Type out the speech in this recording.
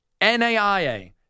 NAIA